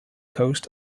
coast